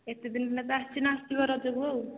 ଏତେ ଦିନ ହେଲା ତ ଆସିନ ଆସିବ ରଜକୁ ଆଉ